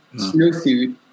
snowsuit